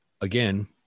again